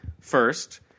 first